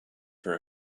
for